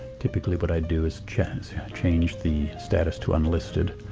typically what i'd do is change yeah change the status to unlisted,